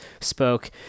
spoke